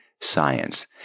science